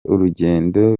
urugendo